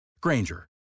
Granger